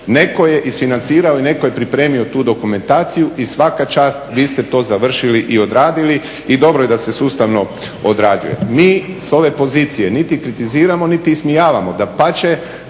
Netko je isfinancirao i neko je pripremio tu dokumentaciju i svaka čast vi ste to završili i odradili. I dobro je da se sustavno odrađuje. Mi s ove pozicije niti kritiziramo niti ismijavamo, dapače